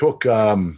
took –